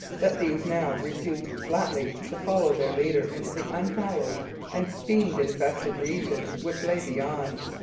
that these now refused flatly to follow their leader into the unhallowed and fiend-infested regions which lay beyond.